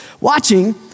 watching